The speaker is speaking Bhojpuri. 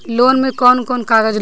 लोन में कौन कौन कागज लागी?